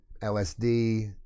LSD